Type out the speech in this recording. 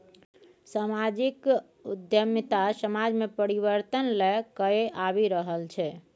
समाजिक उद्यमिता समाज मे परिबर्तन लए कए आबि रहल छै